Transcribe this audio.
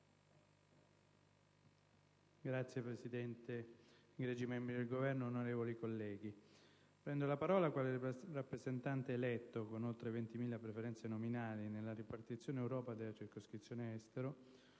Illustre Presidente, egregi membri del Governo, onorevoli colleghi, prendo la parola quale rappresentante eletto - con oltre 20.000 preferenze nominali - nella ripartizione Europa della Circoscrizione estero